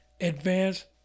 advanced